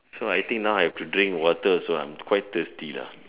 so I think now I have to drink water also I'm quite thirsty lah